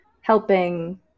helping